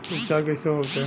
उपचार कईसे होखे?